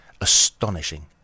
astonishing